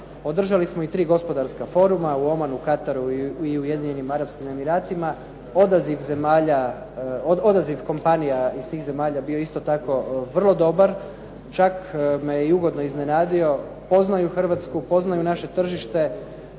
Održali smo i 3 gospodarska foruma, u Omanu, Kataru i Ujedinjenim Arapskim Emiratima. Odaziv kompanija iz tih zemalja bio je isto tako vrlo dobar, čak me i ugodno iznenadio. Poznaju Hrvatsku, poznaju naše tržište.